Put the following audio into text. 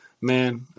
man